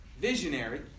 visionary